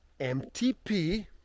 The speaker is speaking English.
MTP